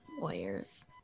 Lawyers